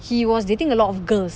he was dating a lot of girls